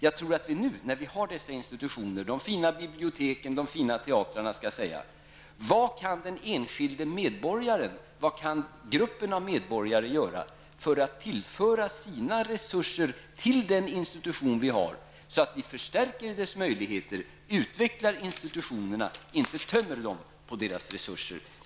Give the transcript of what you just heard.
Jag tror att vi nu, när vi har dessa institutioner -- de fina biblioteken och de fina teatrarna -- bör fråga: Vad kan den enskilde medborgaren, vad kan gruppen av medborgare göra för att tillföra sina resurser till den institution vi har så att vi förstärker dess möjligheter och utvecklar institutionerna, inte tömmer dem på deras resurser?